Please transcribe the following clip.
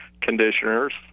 conditioners